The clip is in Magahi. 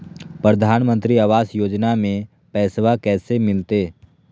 प्रधानमंत्री आवास योजना में पैसबा कैसे मिलते?